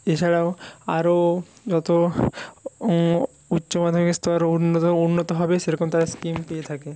এছাড়াও আরও যত উচ্চমাধ্যমিক স্তরে উন্নত উন্নত হবে সেরকম তারা স্কিম পেয়ে থাকে